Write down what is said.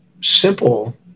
simple